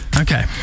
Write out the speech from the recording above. Okay